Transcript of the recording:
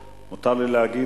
היושב-ראש.